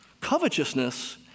Covetousness